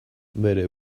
bere